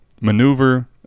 maneuver